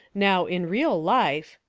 now in real life,